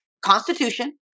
constitution